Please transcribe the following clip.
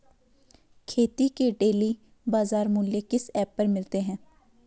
खेती के डेली बाज़ार मूल्य किस ऐप पर मिलते हैं?